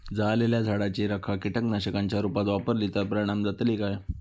जळालेल्या झाडाची रखा कीटकनाशकांच्या रुपात वापरली तर परिणाम जातली काय?